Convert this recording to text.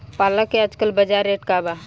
पालक के आजकल बजार रेट का बा?